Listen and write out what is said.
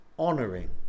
Honoring